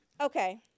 Okay